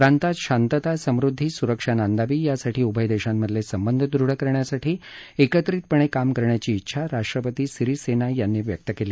प्रांतात शांतता समृद्धी सुरक्षा नांदावी यासाठी उभय देशांमधले संबंध दृढ करण्यासाठी एकत्रितपणे काम करण्याची उंछा राष्ट्रपती सिरीसेना यांनी व्यक्त केली